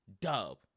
dub